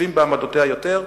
מתחשבים בעמדותיה יותר,